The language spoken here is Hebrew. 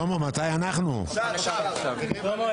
12:44.